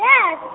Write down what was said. Yes